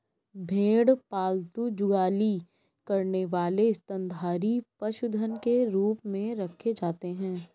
भेड़ पालतू जुगाली करने वाले स्तनधारी पशुधन के रूप में रखे जाते हैं